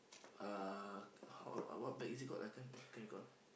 uh how what bag is it called I can't can't recall